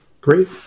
great